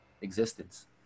existence